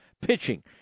pitching